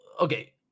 okay